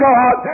God